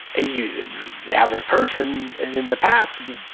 ah you have a person, and in the past would be,